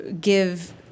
give